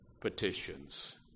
petitions